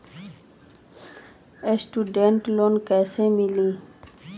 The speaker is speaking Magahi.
स्टूडेंट लोन कैसे मिली?